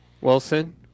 Wilson